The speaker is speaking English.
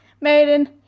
maiden